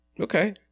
Okay